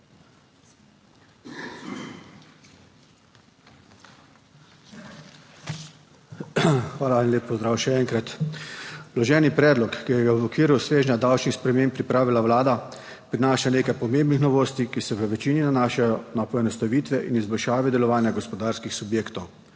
Hvala in lep pozdrav še enkrat. Vloženi predlog, ki ga je v okviru svežnja davčnih sprememb pripravila vlada, prinaša nekaj pomembnih novosti, ki se v večini nanašajo na poenostavitve in izboljšave delovanja gospodarskih subjektov.